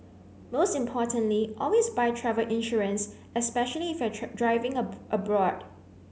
most importantly always buy travel insurance especially if you're driving a abroad